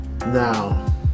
Now